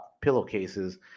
pillowcases